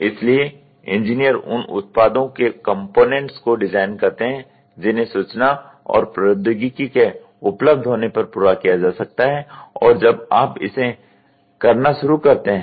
इसलिए इंजीनियर उन उत्पादों के कम्पोनेनेंट्स को डिज़ाइन करते हैं जिन्हें सूचना और प्रौद्योगिकी के उपलब्ध होने पर पूरा किया जा सकता है और जब आप इसे करना शुरू करते हैं